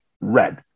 red